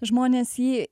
žmonės jį